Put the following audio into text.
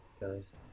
guys